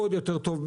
עוד יותר טוב,